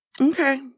Okay